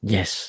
Yes